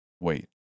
Wait